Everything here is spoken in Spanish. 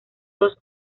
dos